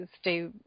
stay